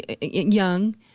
young